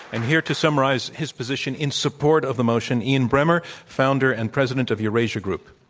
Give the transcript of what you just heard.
and here to summarize his position in support of the motion, ian bremmer, founder and president of eurasia group.